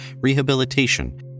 rehabilitation